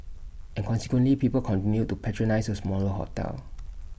and consequently people continued to patronise A smaller hotel